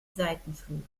seitenflügel